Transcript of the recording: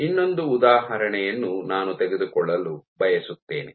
ಇನ್ನೊಂದು ಉದಾಹರಣೆಯನ್ನು ನಾನು ತೆಗೆದುಕೊಳ್ಳಲು ಬಯಸುತ್ತೇನೆ